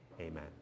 Amen